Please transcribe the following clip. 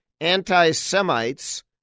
anti-Semites